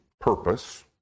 purpose